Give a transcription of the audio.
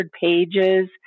pages